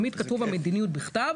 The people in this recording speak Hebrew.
תיכף נמצא לך את זה,